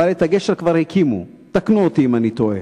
אבל את הגשר כבר הקימו, תקנו אותי אם אני טועה.